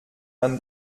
man